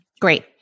Great